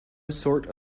sort